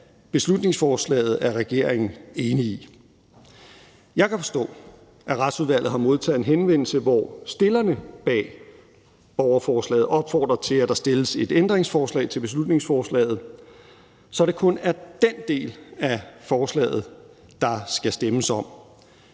beslutningsforslaget er regeringen enig i. Jeg kan forstå, at Retsudvalget har modtaget en henvendelse, hvor stillerne bag borgerforslaget opfordrer til, at der stilles et ændringsforslag til beslutningsforslaget, så det kun er den del af forslaget, der skal stemmes om.